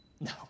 No